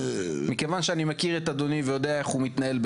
מכיוון שאני מכיר את אדוני ויודע איך הוא מתנהל,